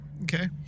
Okay